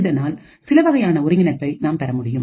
இதனால் சிலவகையான ஒருங்கிணைப்பை நாம் பெற முடியும்